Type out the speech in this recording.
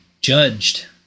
judged